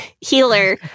Healer